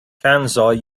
kansai